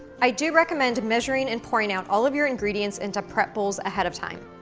i do recommend measuring and pouring out all of your ingredients into prep bowls ahead of time.